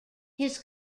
his